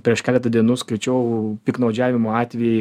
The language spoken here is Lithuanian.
prieš keletą dienų skaičiau piktnaudžiavimo atvejai